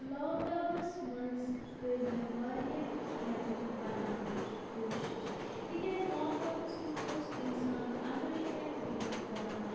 lock ڈاوُنَس منٛز کٔرۍ مےٚ واریاہ کھیٚن بَناونٕچ کوٗشِش تِکیازِ لاک ڈاوُنَس منٛز اوس اِنسان اَنٛدرٲے کَنۍ گومُت بَنٛد